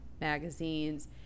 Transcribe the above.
magazines